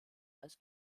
als